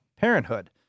parenthood